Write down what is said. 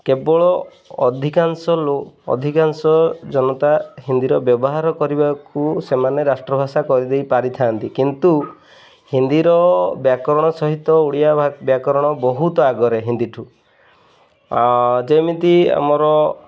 କେବଳ ଅଧିକାଂଶ ଅଧିକାଂଶ ଜନତା ହିନ୍ଦୀର ବ୍ୟବହାର କରିବାକୁ ସେମାନେ ରାଷ୍ଟ୍ରଭାଷା କରିଦେଇ ପାରିଥାନ୍ତି କିନ୍ତୁ ହିନ୍ଦୀର ବ୍ୟାକରଣ ସହିତ ଓଡ଼ିଆ ବ୍ୟାକରଣ ବହୁତ ଆଗରେ ହିନ୍ଦୀ ଠୁ ଯେମିତି ଆମର